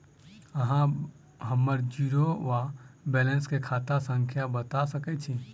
अहाँ हम्मर जीरो वा बैलेंस केँ खाता संख्या बता सकैत छी?